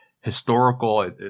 historical